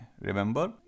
Remember